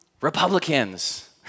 Republicans